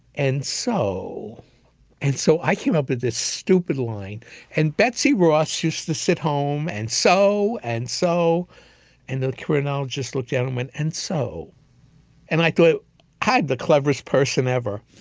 and so and so i came up with this stupid line and betsy ross use the home and so and so and the colonel just looked gentleman and so and i thought it had the cleverest person ever.